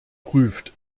prüft